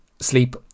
sleep